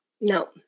No